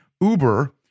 Uber